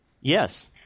Yes